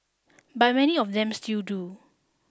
but many of them still do